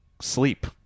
sleep